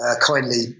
kindly